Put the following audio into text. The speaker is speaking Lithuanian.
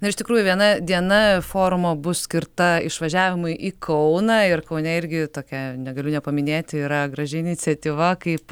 na iš tikrųjų viena diena forumo bus skirta išvažiavimui į kauną ir kaune irgi tokia negaliu nepaminėti yra graži iniciatyva kaip